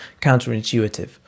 counterintuitive